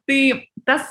tai tas